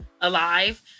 alive